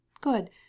Good